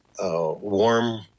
warm